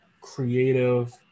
creative